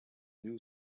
new